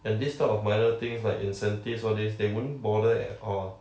and this type of minor things like incentives all these they won't bother at all